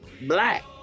black